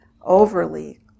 overly